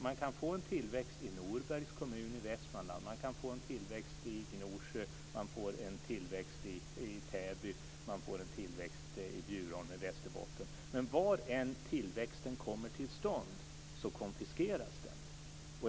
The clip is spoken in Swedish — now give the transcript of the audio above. Man kan få en tillväxt i Norbergs kommun i Västmanland. Man kan få en tillväxt i Gnosjö. Man får en tillväxt i Täby. Man får en tillväxt i Bjurholm i Västerbotten. Var än tillväxten kommer till stånd konfiskeras den.